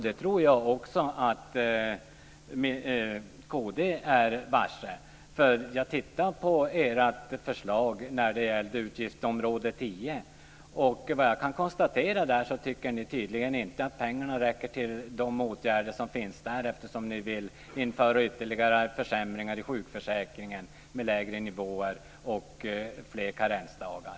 Det tror jag att även kristdemokraterna är varse. Jag har tittat på ert förslag när det gäller utgiftsområde 10, och såvitt jag kan konstatera så tycker ni tydligen inte att pengarna räcker till de åtgärder som finns med där, eftersom ni vill införa ytterligare försämringar i sjukförsäkringen med lägre nivåer och fler karensdagar.